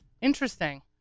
Interesting